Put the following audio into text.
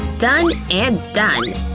done and done!